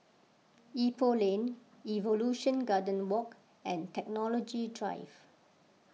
Ipoh Lane Evolution Garden Walk and Technology Drive